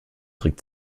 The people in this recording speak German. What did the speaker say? trick